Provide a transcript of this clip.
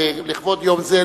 לכבוד יום זה,